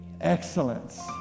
excellence